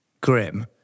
grim